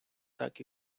так